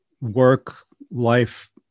work-life